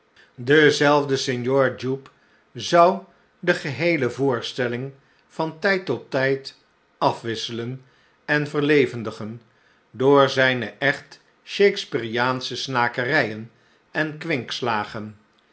dezelfde signor jnpe zou de geheele voorstelling van tijd tot tijd afwisselen en verlevendigen door zijne echt shakespeariaansche snakerijen en